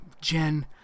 Jen